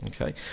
Okay